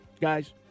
guys